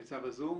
שנמצא בזום,